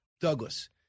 douglas